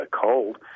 cold